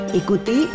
ikuti